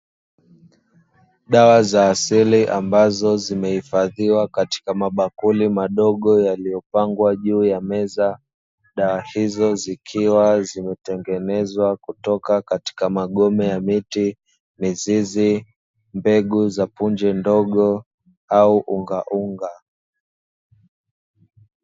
Dawa za asili ambazo zimehifadhiwa katika mabakuri madogo yaliyopangwa juu ya meza, dawa hizo zikiwa zimetengenezwa kutoka katika magone ya miti, mizizi, mbegu za punje ndogo au unga unga.